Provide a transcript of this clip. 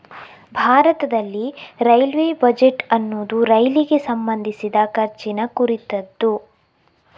ಭಾರತದಲ್ಲಿ railway budget ಅನ್ನುದು ರೈಲಿಗೆ ಸಂಬಂಧಿಸಿದ ಖರ್ಚಿನ ಕುರಿತದ್ದು